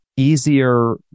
easier